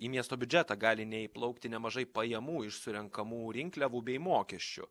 į miesto biudžetą gali neįplaukti nemažai pajamų iš surenkamų rinkliavų bei mokesčių